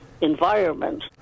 environment